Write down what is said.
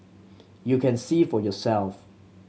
you can see for yourself